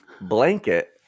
blanket